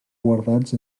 guardats